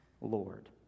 Lord